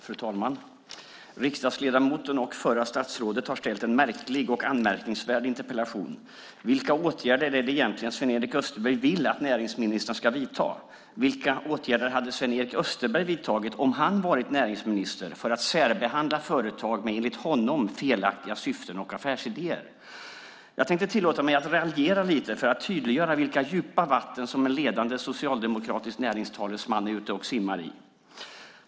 Fru talman! Riksdagsledamoten och förra statsrådet har ställt en märklig och anmärkningsvärd interpellation. Vilka åtgärder är det egentligen som Sven-Erik Österberg vill att näringsministern ska vidta? Och vilka åtgärder hade Sven-Erik Österberg, om han var näringsminister, vidtagit för att särbehandla företag med enligt honom felaktiga syften och affärsidéer? Jag tänker tillåta mig att raljera lite grann för att tydliggöra vilka djupa vatten som en ledande socialdemokratisk näringstalesman är ute och simmar i.